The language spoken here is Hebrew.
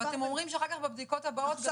ואתם אומרים שאחר כך בבדיקות הבאות מתגלים עוד.